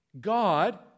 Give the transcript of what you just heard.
God